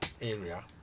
area